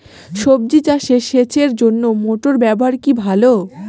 সবজি চাষে সেচের জন্য মোটর ব্যবহার কি ভালো?